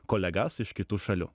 kolegas iš kitų šalių